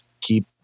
Keep